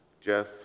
Jeff